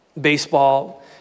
baseball